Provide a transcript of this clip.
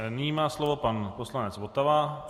Nyní má slovo pan poslanec Votava.